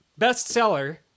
bestseller